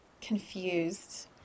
confused